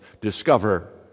discover